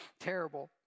Terrible